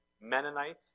Mennonite